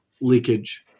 leakage